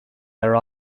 their